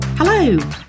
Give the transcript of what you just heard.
Hello